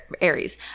aries